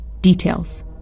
Details